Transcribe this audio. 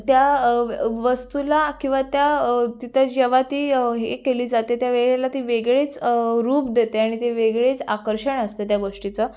त्या वस्तूला किंवा त्या तिथं जेवा ती हे केली जाते ते त्या वेळेला ती वेगळीच रूप देते आणि ते वेगळेच आकर्षण असते त्या गोष्टीचं